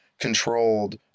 Controlled